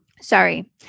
sorry